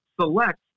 select